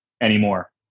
anymore